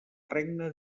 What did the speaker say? regne